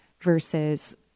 versus